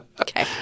Okay